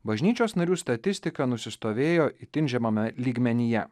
bažnyčios narių statistika nusistovėjo itin žemame lygmenyje